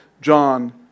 John